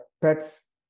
pets